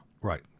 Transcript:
Right